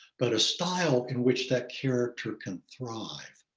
but a style in which that character can thrive.